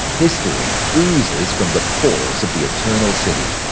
history oozes from the pores of the eternal city.